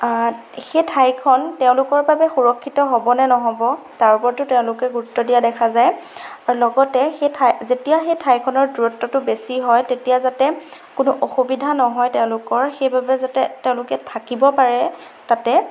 সেই ঠাইখন তেওঁলোকৰ বাবে সুৰক্ষিত হ'ব নে নহ'ব তাৰ ওপৰতো তেওঁলোকে গুৰুত্ব দিয়া দেখা যায় আৰু লগতে সেই ঠাই যেতিয়া সেই ঠাইখনৰ দূৰত্বটো বেছি হয় তেতিয়া যাতে কোনো অসুবিধা নহয় তেওঁলোকৰ সেইবাবে যাতে তেওঁলোকে থাকিব পাৰে তাতে